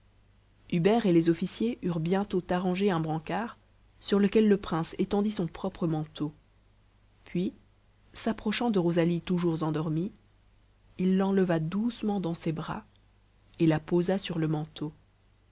hubert et les officiers eurent bientôt arrangé un brancard sur lequel le prince étendit son propre manteau puis s'approchant de rosalie toujours endormie il l'enleva doucement dans ses bras et la posa sur le manteau